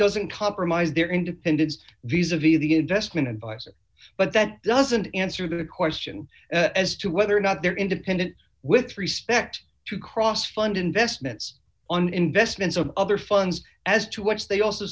doesn't compromise their independence visa via the investment advice but that doesn't answer the question as to whether or not they're independent with respect to cross fund investments on investments or other funds as to which they also